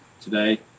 today